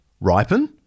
ripen